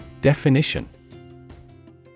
Definition